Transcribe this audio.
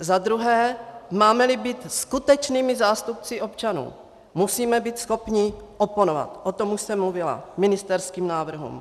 Za druhé, mámeli být skutečnými zástupci občanů, musíme být schopni oponovat o tom už jsem mluvila ministerským návrhům.